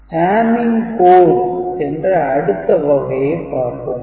'Hamming code' என்ற அடுத்த வகையைப் பார்ப்போம்